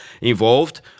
involved